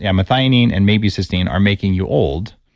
yeah methionine and maybe cysteine are making you old,